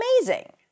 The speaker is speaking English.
amazing